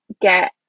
get